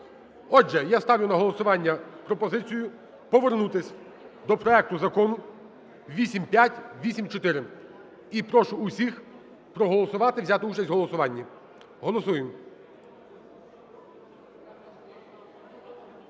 Отже, я ставлю на голосування пропозицію повернутись до проекту Закону 8584, і прошу усіх проголосувати, взяти участь у голосуванні. Голосуємо.